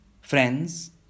Friends